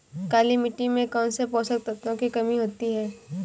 काली मिट्टी में कौनसे पोषक तत्वों की कमी होती है?